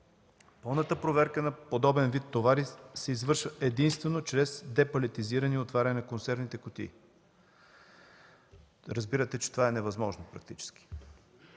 Пълната проверка на подобен вид товари се извършва единствено чрез депалетизиране и отваряне на консервните кутии. Разбирате, че това е невъзможно. По отношение